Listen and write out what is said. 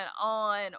on